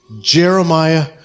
Jeremiah